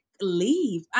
leave